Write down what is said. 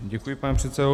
Děkuji, pane předsedo.